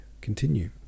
continue